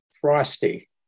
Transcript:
frosty